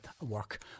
Work